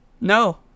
No